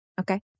okay